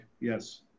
yes